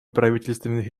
правительственных